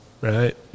right